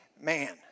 man